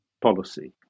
policy